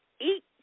eat